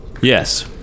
Yes